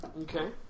Okay